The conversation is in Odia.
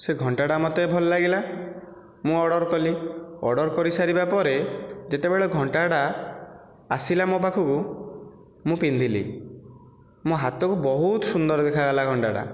ସେ ଘଣ୍ଟାଟା ମୋତେ ଭଲ ଲାଗିଲା ମୁଁ ଅର୍ଡ଼ର କଲି ଅର୍ଡ଼ର କରି ସାରିବା ପରେ ଯେତେବେଳେ ଘଣ୍ଟାଟା ଆସିଲା ମୋ ପାଖକୁ ମୁଁ ପିନ୍ଧିଲି ମୋ ହାତକୁ ବହୁତ ସୁନ୍ଦର ଦେଖାଗଲା ଘଣ୍ଟାଟା